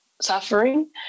suffering